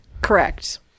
correct